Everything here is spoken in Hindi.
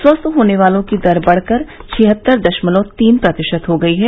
स्वस्थ होने वालों की दर बढकर छिहत्तर दशमलव तीन प्रतिशत हो गई है